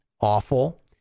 awful